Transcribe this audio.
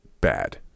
bad